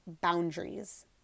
boundaries